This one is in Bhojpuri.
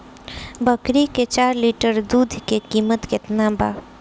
बकरी के चार लीटर दुध के किमत केतना बा?